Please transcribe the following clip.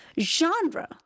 genre